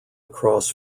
across